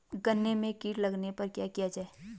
गन्ने में कीट लगने पर क्या किया जाये?